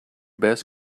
best